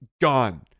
gone